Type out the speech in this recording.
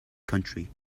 country